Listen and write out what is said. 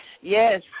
Yes